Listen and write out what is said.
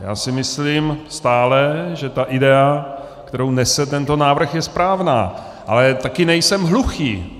Já si myslím stále, že ta idea, kterou nese tento návrh, je správná, ale také nejsem hluchý.